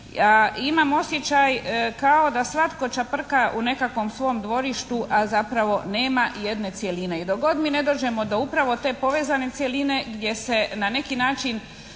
a imam osjećaj kao da svatko čeprka u nekakvom svom dvorištu a zapravo nema jedne cjeline i dok god mi ne dođemo do upravo te povezane cjeline gdje se na neki način